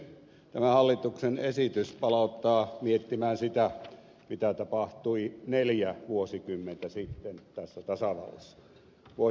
tämä hallituksen esitys palauttaa miettimään sitä mitä tapahtui neljä vuosikymmentä sitten tässä tasavallassa